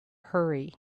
hurry